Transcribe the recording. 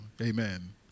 Amen